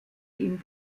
ihm